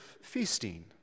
feasting